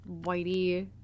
Whitey